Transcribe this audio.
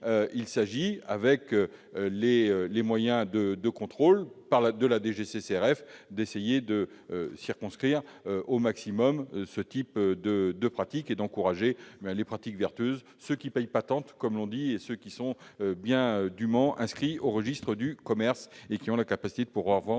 Il s'agit, avec les moyens de contrôle de la DGCCRF, d'essayer de circonscrire au maximum de telles pratiques et d'encourager les pratiques vertueuses ; je pense à ceux qui « payent patente » et à ceux qui sont dûment inscrits au registre du commerce et qui ont la capacité de vendre